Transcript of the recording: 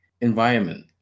environment